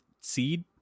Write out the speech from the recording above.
seed